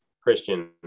Christian